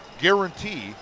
guarantee